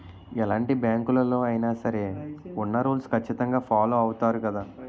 ఎలాంటి బ్యాంకులలో అయినా సరే ఉన్న రూల్స్ ఖచ్చితంగా ఫాలో అవుతారు గదా